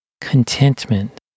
contentment